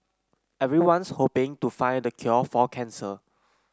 everyone's hoping to find the cure for cancer